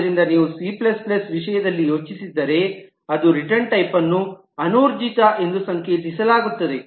ಆದ್ದರಿಂದ ನೀವು C C ವಿಷಯದಲ್ಲಿ ಯೋಚಿಸಿದರೆ ಅದು ರಿಟರ್ನ್ ಟೈಪ್ನ್ನು ಅನೂರ್ಜಿತ ಎಂದು ಸಂಕೇತಿಸಲಾಗುತ್ತದೆ